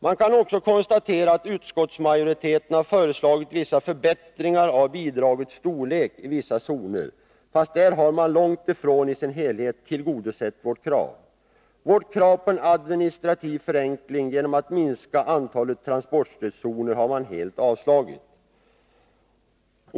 Man kan också konstatera att utskottsmajoriteten har föreslagit en del förbättringar av bidragets storlek i vissa zoner, fastän där har man långt ifrån helt tillgodosett våra krav. Vårt krav på en administrativ förenkling genom att minska antalet transportstödszoner har man helt avstyrkt.